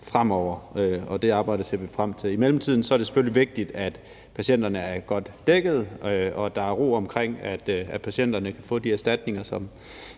fremover, og det arbejde ser vi frem til. I mellemtiden er det selvfølgelig vigtigt, at patienterne er godt dækket, og at der er ro omkring, at patienterne kan få de erstatninger, som